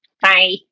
Bye